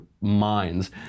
minds